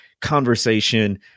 conversation